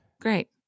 Great